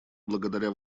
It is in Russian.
благодаря